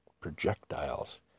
projectiles